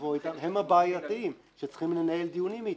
לבוא אתם, הם הבעייתיים, שצריכים לנהל דיונים אתם.